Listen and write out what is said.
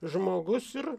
žmogus ir